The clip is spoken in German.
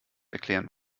erklären